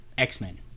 x-men